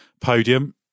podium